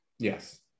Yes